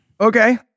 Okay